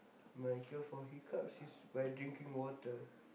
my cure for hiccups is by drinking water